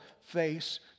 face